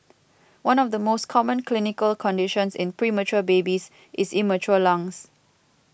one of the most common clinical conditions in premature babies is immature lungs